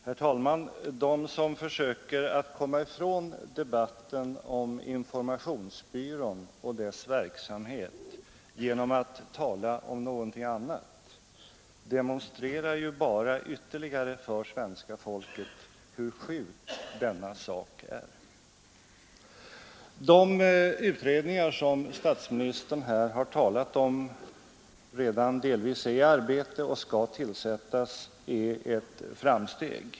Herr talman! De som försöker komma ifrån debatten om informationsbyrån och dess verksamhet genom att tala om någonting annat demonstrerar ju bara ytterligare för svenska folket hur sjuk denna sak är. De utredningar som statsministern här har talat om och som skall tillsättas eller redan delvis är i arbete, innebär ett framsteg.